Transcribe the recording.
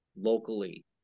locally